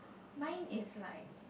mine is like